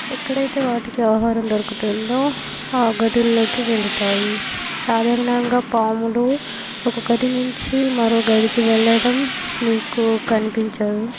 ఎక్కడ అయితే వాటికి ఆహారం దొరుకుతుందో ఆ గదుల్లోకి వెళతాయి సాధారణంగా పాములు ఒక గది నుంచి మరో గదికి వెళ్ళడం మీకు కనిపించదు